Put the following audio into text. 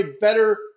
better